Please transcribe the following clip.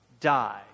die